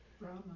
Brahma